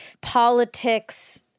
politics